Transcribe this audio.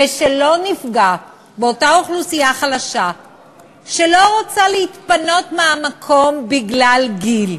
ושלא נפגע באותה אוכלוסייה חלשה שלא רוצה להתפנות מהמקום בגלל הגיל.